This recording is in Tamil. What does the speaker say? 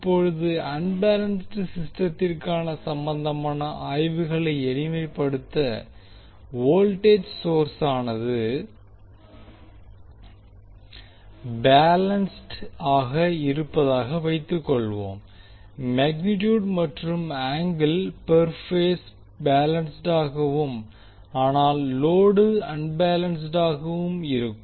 இப்போது அன்பேலன்ஸ்ட் சிஸ்டத்திற்கு சம்பந்தமான ஆய்வுகளை எளிமைப்படுத்த வோல்டேஜ் சோர்ஸானது பேலன்ஸ்ட் ஆக இருப்பதாக வைத்துக்கொள்வோம் மேக்னீடியூட் மற்றும் ஆங்கிள் பெர் பேஸ் பேலன்ஸ்ட்டாகவும் ஆனால் லோடு அன்பேலன்ஸ்ட்டாக இருக்கும்